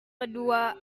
kedua